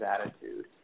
attitude